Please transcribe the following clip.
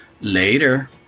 Later